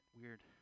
weird